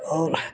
ಅವ್ರ